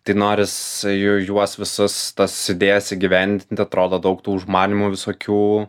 tai norisi juos visus tas idėjas įgyvendinti atrodo daug tų užmanymų visokių